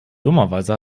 dummerweise